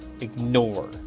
ignore